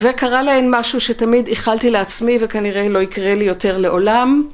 וקרה להן משהו שתמיד איחלתי לעצמי וכנראה לא יקרה לי יותר לעולם.